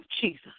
Jesus